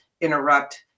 interrupt